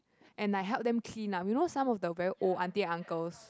and I help them clean lah you know some of the very old aunty uncles